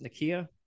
Nakia